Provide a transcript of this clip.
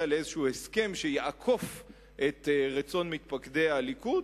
לאיזשהו הסכם שיעקוף את רצון מתפקדי הליכוד.